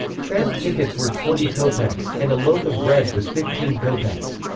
tram tickets were twenty kopecks, and loaf of bread was fifteen kopecks.